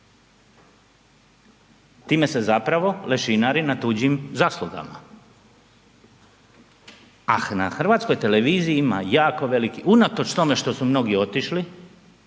Time se zapravo lešinari na tuđim zaslugama, a na Hrvatskoj televiziji ima jako veliki unatoč tome što su mnogi otišli